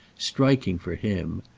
striking for him,